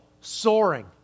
soaring